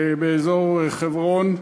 באזור חברון,